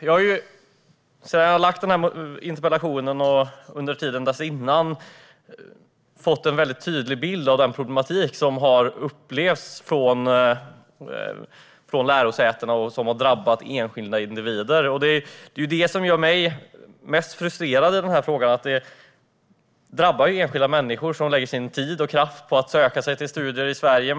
Jag har sedan jag ställde interpellationen, och även innan dess, fått en tydlig bild av den problematik som lärosätena upplever och som har drabbat enskilda individer. Det som gör mig mest frustrerad är att det drabbar enskilda personer som lägger tid och kraft på att ansöka om att få studera i Sverige.